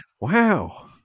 Wow